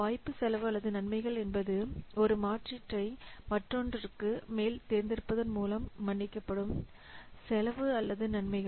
வாய்ப்பு செலவு அல்லது நன்மைகள் என்பது ஒரு மாற்றீட்டை மற்றொன்றுக்கு மேல் தேர்ந்தெடுப்பதன் மூலம் மன்னிக்கப்படும் செலவு அல்லது நன்மைகள்